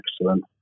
excellent